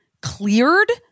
cleared